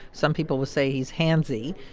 some people will say he's handsy.